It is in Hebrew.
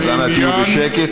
אז אנא תהיו בשקט.